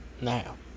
Now